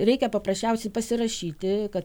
reikia paprasčiausiai pasirašyti kad